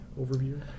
overview